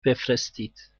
بفرستید